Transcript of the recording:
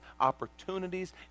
opportunities